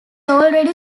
already